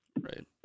Right